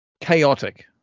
chaotic